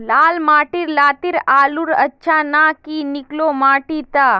लाल माटी लात्तिर आलूर अच्छा ना की निकलो माटी त?